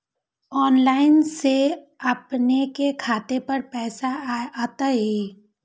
Online से अपने के खाता पर पैसा आ तई?